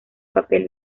papel